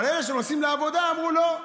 אבל לאלה שנוסעים לעבודה, אמרו: לא.